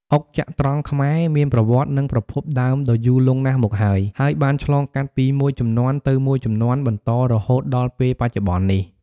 អុកចត្រង្គខ្មែរ មានប្រវត្តិនិងប្រភពដើមដ៏យូរលង់ណាស់មកហើយ ហើយបានឆ្លងកាត់ពីមួយជំនាន់ទៅមួយជំនាន់បន្តរហូតដល់ពេលបច្ចុប្បន្ននេះ ។